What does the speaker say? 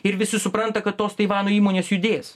ir visi supranta kad tos taivano įmonės judės